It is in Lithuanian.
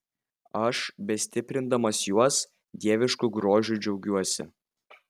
aš bestiprindamas juos dievišku grožiu džiaugiuosi